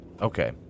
Okay